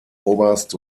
oberst